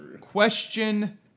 question